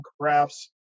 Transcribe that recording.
crafts